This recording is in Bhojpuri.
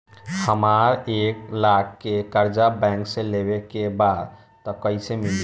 हमरा एक लाख के कर्जा बैंक से लेवे के बा त कईसे मिली?